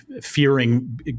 fearing